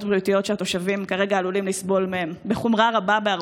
בריאותיות שהתושבים כרגע עלולים לסבול מהן בחומרה רבה בהרבה?